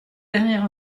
dernier